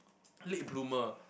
late bloomer